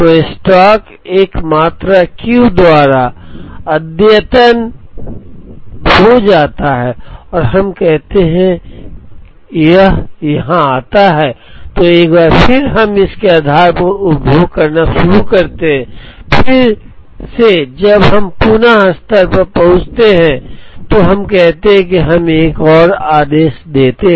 तो स्टॉक एक मात्रा Q द्वारा अद्यतन हो जाता है और हमें कहना है कि यह यहाँ आता है तो एक बार फिर हम इसके आधार पर उपभोग करना शुरू करते हैं और फिर से जब हम पुनः स्तर पर पहुँचते हैं तो हम कहते हैं कि हम एक और आदेश order देते हैं